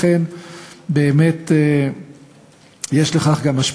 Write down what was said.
לכן באמת יש לכך גם השפעה.